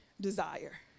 desire